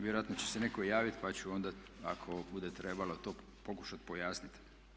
Vjerojatno će se netko javiti pa ću onda ako bude trebalo to pokušati pojasniti.